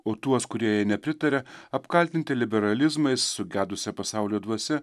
o tuos kurie jei nepritaria apkaltinti liberalizmais sugedusia pasaulio dvasia